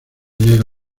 llega